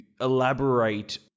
elaborate